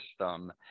system